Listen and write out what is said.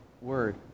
word